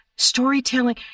storytelling